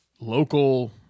local